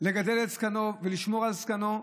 לגדל את זקנו ולשמור על זקנו.